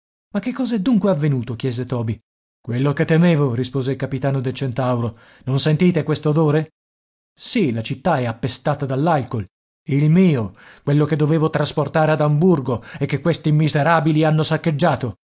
ma che cos'è dunque avvenuto chiese toby quello che temevo rispose il capitano del centauro non sentite questo odore sì la città è appestata dall'alcool il mio quello che dovevo trasportare ad amburgo e che questi miserabili hanno saccheggiato